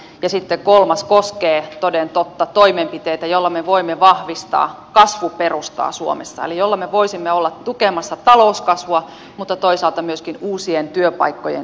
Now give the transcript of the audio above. ja sitten kolmas koskee toden totta toimenpiteitä joilla me voimme vahvistaa kasvuperustaa suomessa eli joilla me voisimme olla tukemassa talouskasvua mutta toisaalta myöskin uusien työpaikkojen synnyttämistä